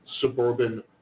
suburban